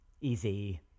Easy